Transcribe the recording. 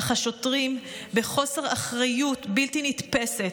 אך השוטרים, בחוסר אחריות בלתי נתפסת,